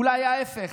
אולי ההפך,